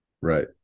Right